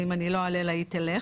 ואם אני לא אעלה לה היא תלך,